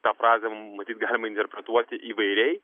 tą frazę matyt galima interpretuoti įvairiai